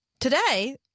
today